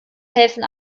helfen